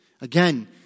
Again